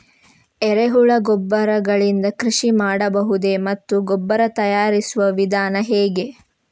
ಎರೆಹುಳು ಗೊಬ್ಬರ ಗಳಿಂದ ಕೃಷಿ ಮಾಡಬಹುದೇ ಮತ್ತು ಗೊಬ್ಬರ ತಯಾರಿಸುವ ವಿಧಾನ ಹೇಗೆ?